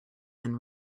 and